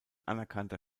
anerkannter